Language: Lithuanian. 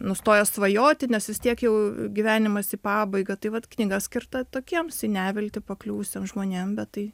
nustojo svajoti nes vis tiek jau gyvenimas į pabaigą tai vat knyga skirta tokiems į neviltį pakliuvusiems žmonėm bet tai